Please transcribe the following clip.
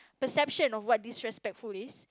perception of what disrespectful is